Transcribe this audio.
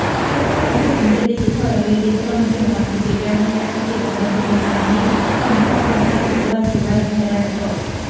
ការកាត់បន្ថយគម្លាតឌីជីថលរវាងទីក្រុង និងជនបទគឺជាការងារអាទិភាពដើម្បីធានាឱ្យមានសមធម៌ក្នុងការទទួលបានសេវាហិរញ្ញវត្ថុ។